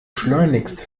schleunigst